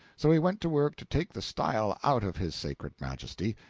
so he went to work to take the style out of his sacred majesty.